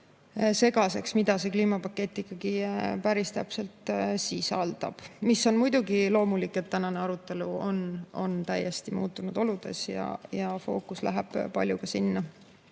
segaseks, mida see kliimapakett ikkagi päris täpselt sisaldab. See on muidugi loomulik, et tänane arutelu on täiesti muutunud oludes ja fookus läheb palju ka sinna.